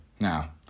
Now